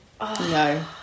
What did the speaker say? No